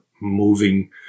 moving